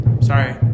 sorry